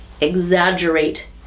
exaggerate